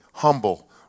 humble